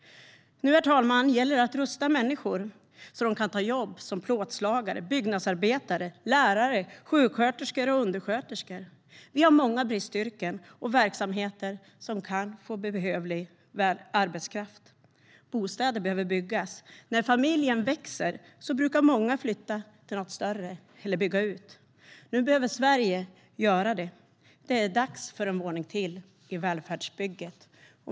Nu, herr talman, gäller det att rusta människor så att de kan ta jobb som plåtslagare, byggnadsarbetare, lärare, sjuksköterskor och undersköterskor. Vi har många bristyrken och verksamheter som nu kan få välbehövlig arbetskraft. Bostäder behöver byggas. När familjen växer brukar många flytta till något större eller bygga ut. Nu behöver Sverige göra det. Det är dags för en våning till i välfärdsbygget.